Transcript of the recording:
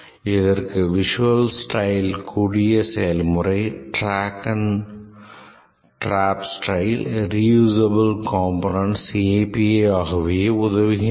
இதற்கு Visual Style கூடிய செயல்முறை drag drop style reusable components API ஆகியவை உதவுகின்றன